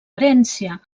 herència